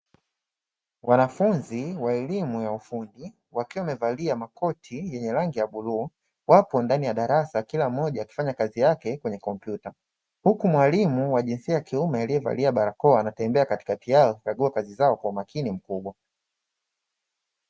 Wanafunzi wa elimu ya ufundi wakiwa wamevalia makoti yenye rangi ya bluu, wapo ndani ya darasa kila mmoja akifanya kazi yake kwenye kompyuta, huku mwalimu wa jinsia ya kiume aliyevalia barakoa anatembea katikati yao kukagua kazi zao kwa umakini mkubwa.